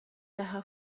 لها